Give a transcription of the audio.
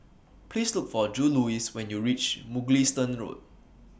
Please Look For Juluis when YOU REACH Mugliston Road